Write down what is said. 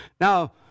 now